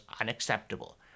unacceptable